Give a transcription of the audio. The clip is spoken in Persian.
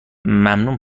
ممنون